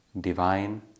Divine